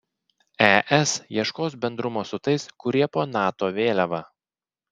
es ieškos bendrumo su tais kurie po nato vėliava